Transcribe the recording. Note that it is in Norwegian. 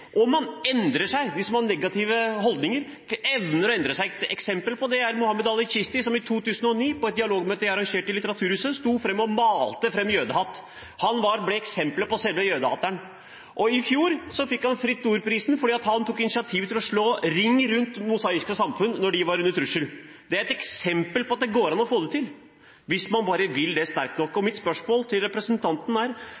Og man evner å endre seg hvis man har negative holdninger. Et eksempel på det er Muhammad Ali Chisthi, som i 2009 på et dialogmøte jeg arrangerte i Litteraturhuset, sto fram og malte fram jødehat. Han ble eksemplet på selve jødehateren. I fjor fikk han Fritt Ord-prisen fordi han tok initiativet til å slå ring rundt Det mosaiske trossamfunn da de var under trussel. Det er et eksempel på at det går an å få det til hvis man bare vil det sterkt nok. Og